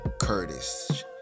Curtis